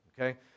okay